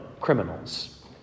criminals